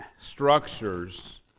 structures